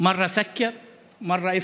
(חוזר על הדברים בערבית).